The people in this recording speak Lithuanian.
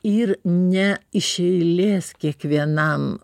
ir ne iš eilės kiekvienam